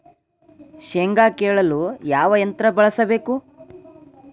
ಶೇಂಗಾ ಕೇಳಲು ಯಾವ ಯಂತ್ರ ಬಳಸಬೇಕು?